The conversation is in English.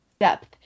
depth